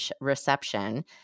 reception